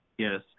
Yes